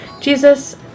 Jesus